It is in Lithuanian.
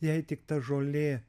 jei tik ta žolė